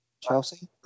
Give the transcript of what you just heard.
Chelsea